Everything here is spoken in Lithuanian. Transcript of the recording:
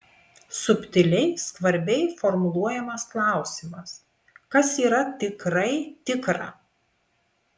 subtiliai skvarbiai formuluojamas klausimas kas yra tikrai tikra